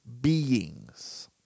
beings